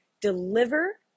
deliver